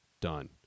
Done